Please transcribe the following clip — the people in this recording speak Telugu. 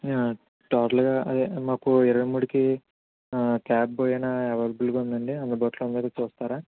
టోటల్గా అదే మాకు ఇరవై మూడుకి క్యాబ్ ఏమైనా అవైలబుల్గా ఉందా అండి అందుబాటులో ఉందేమో చూస్తారా